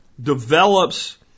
develops